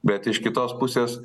bet iš kitos pusės